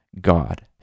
God